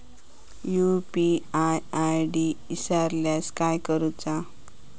UPI ID इसरल्यास काय करुचा?